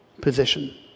position